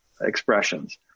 Expressions